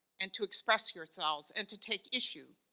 and to express yourselves and to take issue.